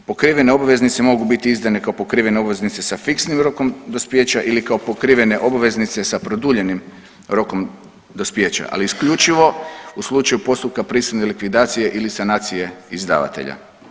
Pokrivene obveznice mogu biti izdane kao pokrivene obveznice sa fiksnim rokom dospijeća ili pokrivene obveznice sa produljenim rokom dospijeća ali isključivo u slučaju postupka prisilne likvidacije ili sanacije izdavatelja.